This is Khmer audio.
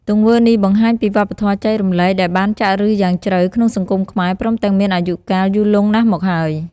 ទង្វើនេះបង្ហាញពីវប្បធម៌ចែករំលែកដែលបានចាក់ឬសយ៉ាងជ្រៅក្នុងសង្គមខ្មែរ ព្រមទាំងមានអាយុកាលយូរលង់ណាស់មកហើយ។